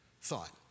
thought